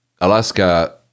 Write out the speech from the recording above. Alaska